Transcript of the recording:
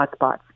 hotspots